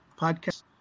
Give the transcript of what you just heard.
podcast